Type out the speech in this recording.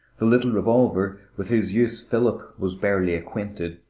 the little revolver, with whose use philip was barely acquainted,